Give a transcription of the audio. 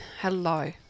Hello